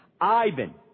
Ivan